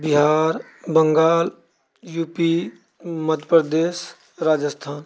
Bihar Bengal U P Madhya Pradesh Rajasthan